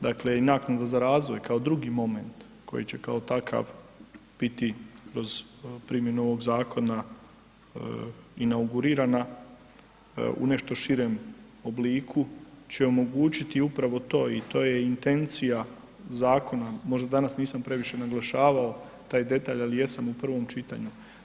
Dakle i naknade za razvoj kao drugi moment koji će kao takav biti kroz primjenu ovog zakona inaugurirana u nešto širem obliku će omogućiti upravo to i to je intencija zakona, možda danas nisam previše naglašavao taj detalj ali jesam u prvom čitanju.